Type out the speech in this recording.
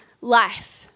life